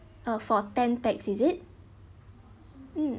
uh for ten pax is it mm